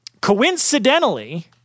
coincidentally